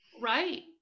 right